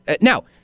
Now